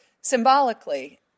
symbolically